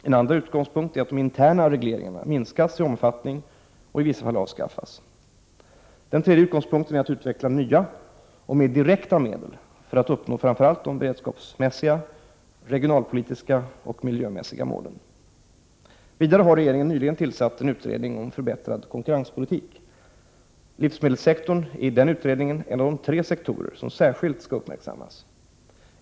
En andra utgångspunkt är att de interna regleringarna minskas i omfattning och i vissa fall avskaffas. Den tredje utgångspunkten är att utveckla nya och mer direkta medel för att uppnå framför allt de beredskapsmässiga, regionalpolitiska och miljömässiga målen. Vidare har regeringen nyligen tillsatt en utredning om förbättrad konkurrenspolitik. Livsmedelssektorn är i denna utredning en av tre sektorer som särskilt skall uppmärksammas.